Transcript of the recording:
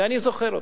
ואני זוכר אותה.